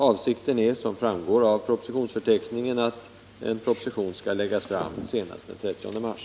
Avsikten är, som framgår av propositionsförteckningen, att en proposition skall läggas fram senast den 30 mars.